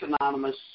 Anonymous